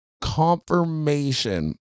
confirmation